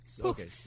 okay